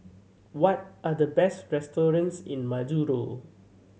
what are the best restaurants in Majuro